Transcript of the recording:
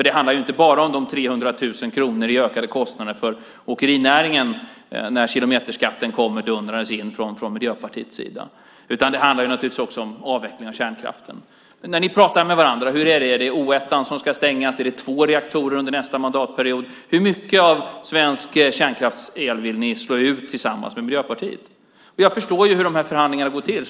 Det handlar ju inte bara om de 300 000 kronorna i ökade kostnader för åkerinäringen när kilometerskatten kommer dundrandes in från Miljöpartiets sida. Det handlar naturligtvis också om avvecklingen av kärnkraften. Hur är det när ni pratar med varandra? Är det O 1:an som ska stängas? Gäller det två reaktorer under nästa mandatperiod? Hur mycket av svensk kärnkraftsel vill ni tillsammans med Miljöpartiet slå ut? Jag förstår hur förhandlingarna går till.